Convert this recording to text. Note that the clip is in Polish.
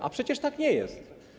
A przecież tak nie jest.